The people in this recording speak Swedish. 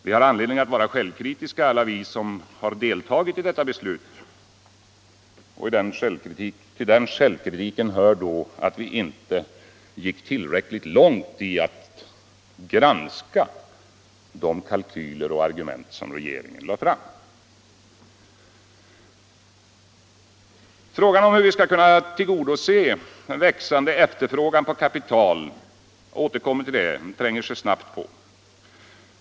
Vi har anledning att vara självkritiska, alla vi som deltagit i detta beslut, och till den självkritiken hör att vi inte gick tillräckligt långt i att granska de kalkyler och argument som regeringen lade fram. Frågan om hur vi skall kunna tillgodose den växande efterfrågan på kapital — jag återkommer till det — tränger sig snabbt på.